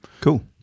Cool